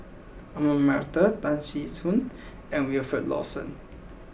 Ahmad Mattar Tan Tee Suan and Wilfed Lawson